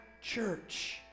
church